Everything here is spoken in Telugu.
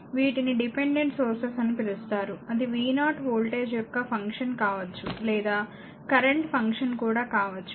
వీటిని డిపెండెంట్ సోర్సెస్ అని పిలుస్తారు అది v0 వోల్టేజ్ యొక్క ఫంక్షన్ కావచ్చు లేదా కరెంట్ ఫంక్షన్ కూడా కావచ్చు